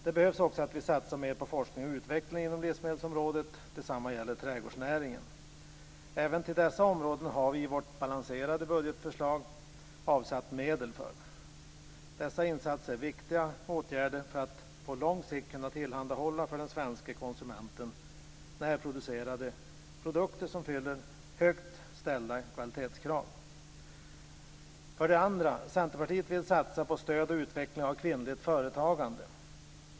Vi behöver också satsa mera på forskning och utveckling inom livsmedelsområdet. Detsamma gäller trädgårdsnäringen. Även till dessa områden har vi i vårt balanserade budgetförslag avsatt medel. Dessa insatser är viktiga åtgärder för att på lång sikt kunna tillhandahålla för den svenske konsumenten närproducerade produkter som fyller högt ställda kvalitetskrav. 2. Centerpartiet vill satsa på stöd och utveckling av kvinnligt företagande.